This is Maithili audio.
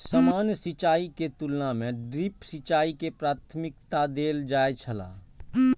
सामान्य सिंचाई के तुलना में ड्रिप सिंचाई के प्राथमिकता देल जाय छला